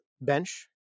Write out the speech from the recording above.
bench